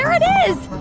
there it is.